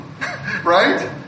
right